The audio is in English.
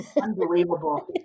Unbelievable